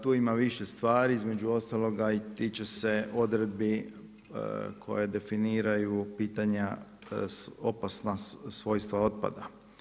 Tu ima više stvari, između ostaloga i tiče se odredbi koje definiraju pitanja opasna svojstva otpada.